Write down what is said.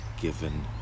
given